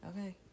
Okay